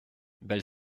belle